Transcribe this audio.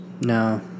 No